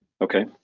Okay